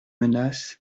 menace